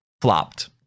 flopped